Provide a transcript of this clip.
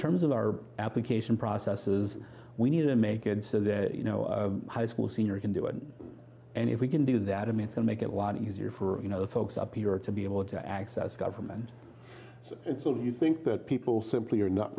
terms of our application processes we need to make it so that you know high school senior can do it and if we can do that i mean to make it a lot easier for you know folks up here to be able to access government so you think that people simply are not